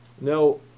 No